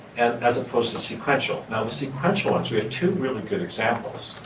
and as opposed to sequential. now, the sequential ones, we have two really good examples.